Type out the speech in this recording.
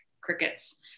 crickets